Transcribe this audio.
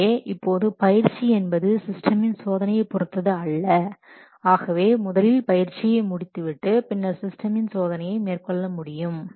எனவே இப்போது பயிற்சி என்பது சிஸ்டமின் சோதனையை பொருத்தது அல்ல ஆகவே முதலில் பயிற்சியை முடித்து விட்டு பின்னர் சிஸ்டமின் சோதனையை மேற்கொள்ள முடியும்